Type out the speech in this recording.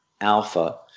alpha